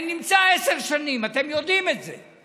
אני נמצא עשר שנים, אתם יודעים את זה.